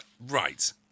right